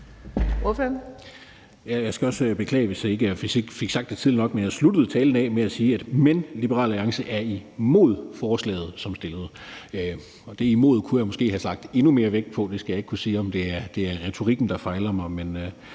Jeg skal også beklage, hvis jeg ikke fik sagt det tydeligt nok, men jeg sluttede talen af med at sige: Men Liberal Alliance er imod forslaget som fremsat. Det »imod« kunne jeg måske have lagt endnu mere vægt på – jeg skal ikke kunne sige, om det er retorikken, der svigter mig.